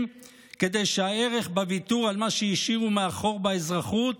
כדי שהערך בוויתור על מה שהשאירו מאחור באזרחות